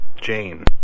Jane